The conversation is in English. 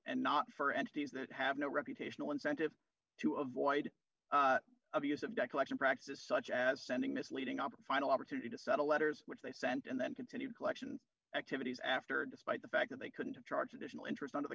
and not for entities that have no reputational incentive to avoid abusive debt collection practices such as sending misleading op final opportunity to settle letters which they sent and then continued collection activities after despite the fact that they couldn't charge additional interest under the